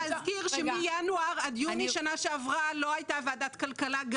אני מבקשת להזכיר שמינואר ועד יוני בשנה שעברה לא הייתה ועדת כלכלה.